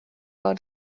out